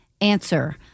answer